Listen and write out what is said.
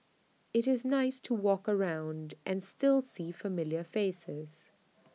IT is nice to walk around and still see familiar faces